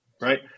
right